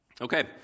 Okay